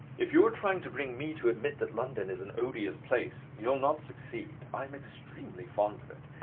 if you are trying to bring me to admit that london is an odious place, you'll not succeed. i'm extremely fond of it,